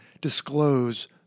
disclose—